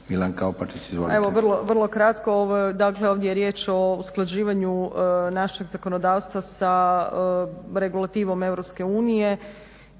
Milanka Opačić. Izvolite.